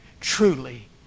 truly